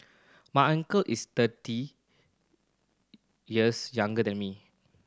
my uncle is thirty years younger than me